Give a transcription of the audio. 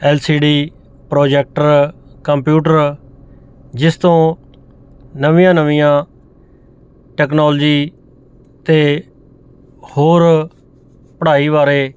L C D projector computer ਜਿਸ ਤੋਂ ਨਵੀਆਂ ਨਵੀਆਂ ਟੈਕਨੋਲਜੀ ਅਤੇ ਹੋਰ ਪੜ੍ਹਾਈ ਬਾਰੇ